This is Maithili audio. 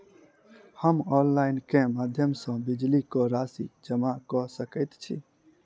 हम ऑनलाइन केँ माध्यम सँ बिजली कऽ राशि जमा कऽ सकैत छी?